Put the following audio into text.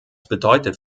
bedeutet